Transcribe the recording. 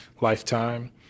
lifetime